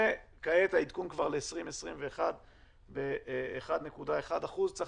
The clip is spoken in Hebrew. וכעת העדכון כבר ל-2021 1.10%. צריך